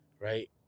right